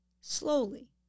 slowly